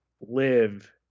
live